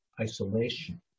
isolation